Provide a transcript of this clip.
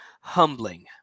humbling